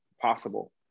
possible